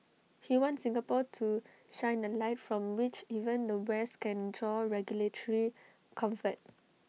he wants Singapore to shine A light from which even the west can draw regulatory comfort